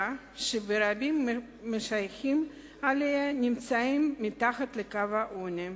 שרבים מהשייכים אליה נמצאים מתחת לקו העוני.